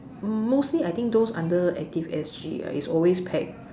mostly I think those under active S_G right is always packed